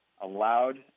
allowed